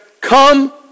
come